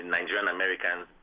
Nigerian-Americans